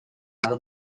par